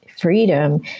freedom